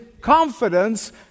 confidence